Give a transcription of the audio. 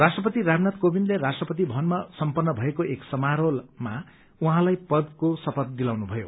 राष्ट्रपति रामनाथ कोविन्दले राष्ट्रपति भवनमा सम्पन्न भएको एक समारोहमा उहाँलाई पदको शपथ दिलाउनु भयो